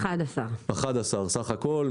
11 בסך הכול.